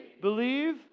believe